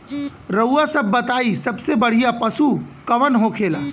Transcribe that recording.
रउआ सभ बताई सबसे बढ़ियां पशु कवन होखेला?